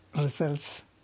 results